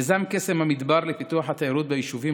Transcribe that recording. מיזם קסם המדבר לפיתוח התיירות ביישובים